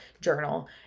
journal